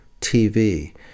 TV